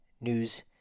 news